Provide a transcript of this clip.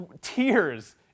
tears